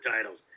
titles